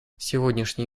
сегодняшний